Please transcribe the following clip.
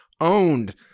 owned